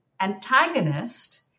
antagonist